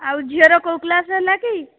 ଆଉ ଝିଅ ର କେଉଁ କ୍ଲାସ ହେଲା କି